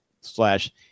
slash